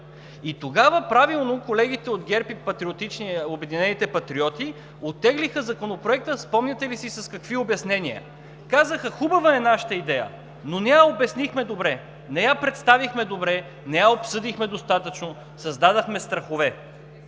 И тогава правилно колегите от ГЕРБ и Обединените патриоти оттеглиха Законопроекта, спомняте ли си с какви обяснения? Казаха: „Хубава е нашата идея, но не я обяснихме добре, не я представихме добре, не я обсъдихме достатъчно, създадохме страхове“.